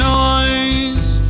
noise